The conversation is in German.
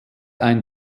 ein